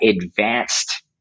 advanced